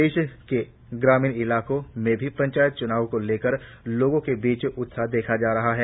प्रदेश के ग्रामीण इलाकों में भी पंचायत चूनावों को लेकर लोगों के बीच उत्साह देखा जा रहा है